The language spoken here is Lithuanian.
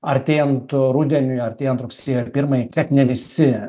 artėjant rudeniui artėjant rugsėjo pirmai tiek ne visi